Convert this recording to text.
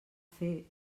fer